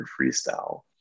freestyle